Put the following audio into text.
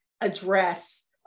address